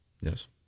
Yes